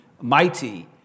mighty